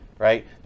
right